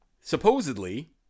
supposedly